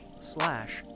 slash